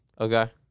Okay